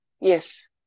yes